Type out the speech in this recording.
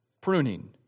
pruning